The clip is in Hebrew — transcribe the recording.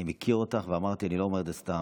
אני מכיר אותך, ואמרתי, אני לא אומר את זה סתם.